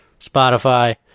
Spotify